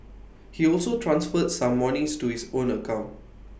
he also transferred some moneys to his own account